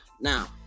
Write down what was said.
Now